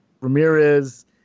Ramirez